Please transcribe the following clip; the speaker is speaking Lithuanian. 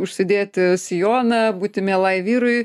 užsidėti sijoną būti mielai vyrui